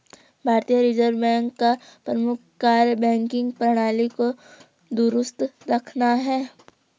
भारतीय reserve bank का प्रमुख कार्य बैंकिंग प्रणाली को दुरुस्त रखना है